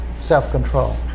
self-control